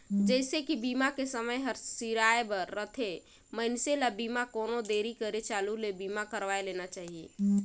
जइसे ही बीमा के समय हर सिराए बर रथे, मइनसे ल बीमा कोनो देरी करे हालू ले बीमा करवाये लेना चाहिए